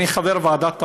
אני חבר ועדת העבודה,